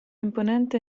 imponente